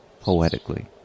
poetically